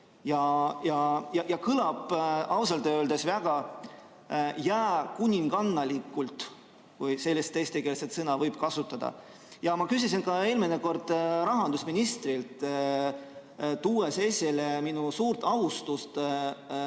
ja kõlab ausalt öeldes väga jääkuningannalikult, kui sellist eestikeelset sõna võib kasutada. Ma küsisin ka eelmine kord rahandusministrilt, tuues esile oma suurt austust